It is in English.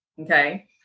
okay